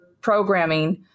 programming